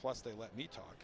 plus they let me talk